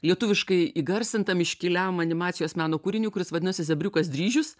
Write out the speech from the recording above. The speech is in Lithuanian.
lietuviškai įgarsintam iškiliam animacijos meno kūriniui kuris vadinasi zebriukas dryžius